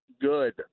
good